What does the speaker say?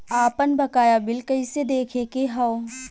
आपन बकाया बिल कइसे देखे के हौ?